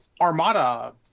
Armada